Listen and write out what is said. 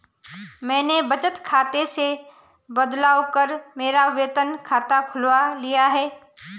मैंने बचत खाते से बदलवा कर मेरा वेतन खाता खुलवा लिया था